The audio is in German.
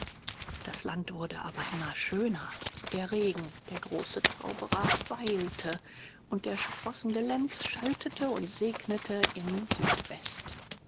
das land wurde aber immer schöner der regen der große zauberer weilte und der sprossende lenz schaltete und segnete in südwest